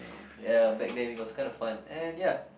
ya back then it was kind of fun and ya